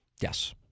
yes